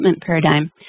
paradigm